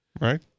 Right